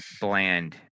bland